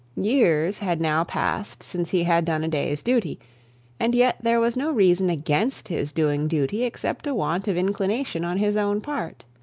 years had now passed since he had done a day's duty and yet there was no reason against his doing duty except a want of inclination on his own part.